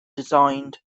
designed